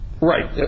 Right